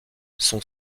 son